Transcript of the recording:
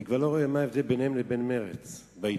אני כבר לא רואה מה ההבדל ביניהם לבין מרצ באידיאולוגיה,